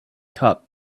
cup